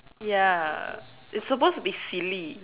ya it's supposed to be silly